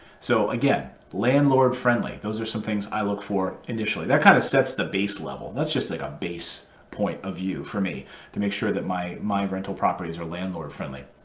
so again, landlord friendly. those are some things i look for initially. that kind of sets the base level. that's just like a base point of view for me to make sure that my my rental properties are landlord friendly.